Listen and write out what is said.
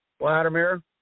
Vladimir